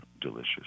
delicious